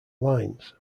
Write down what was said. lines